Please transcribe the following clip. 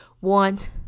want